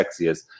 sexiest